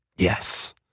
Yes